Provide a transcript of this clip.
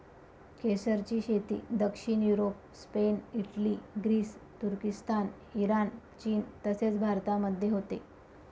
केसरची शेती दक्षिण युरोप, स्पेन, इटली, ग्रीस, तुर्किस्तान, इराण, चीन तसेच भारतामध्ये होते